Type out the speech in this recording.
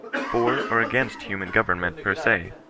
for or against human government er se?